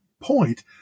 point